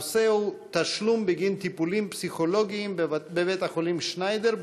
הנושא הוא תשלום בגין טיפולים פסיכולוגיים בבית-החולים שניידר,